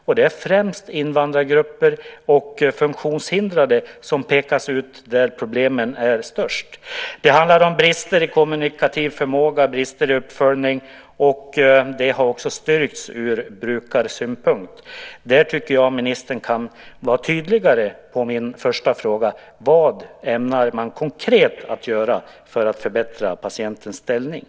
Och det är främst invandrargrupper och funktionshindrade som pekas ut där problemen är störst. Det handlar om brister i kommunikativ förmåga, brister i uppföljning, och det har också styrkts ur brukarsynpunkt. Där tycker jag att ministern kan vara tydligare när det gäller min första fråga: Vad ämnar man konkret att göra för att förbättra patientens ställning?